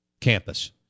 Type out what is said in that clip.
campus